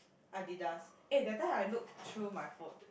Adidas eh that time I look through my foot